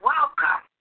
Welcome